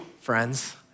friends